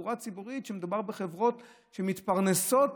בתחבורה ציבורית, מדובר בחברות שמתפרנסות